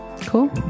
Cool